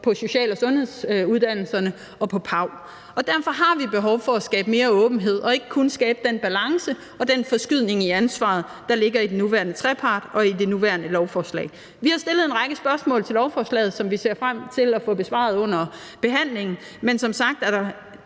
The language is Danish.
på social- og sundhedsuddannelserne og på PAU. Derfor har vi behov for at skabe mere åbenhed og ikke kun skabe den balance og den forskydning af ansvaret, der ligger i den nuværende trepartsaftale og i det nuværende lovforslag. Vi har stillet en række spørgsmål til lovforslaget, som vi ser frem til at få besvaret under behandlingen. Der er som sagt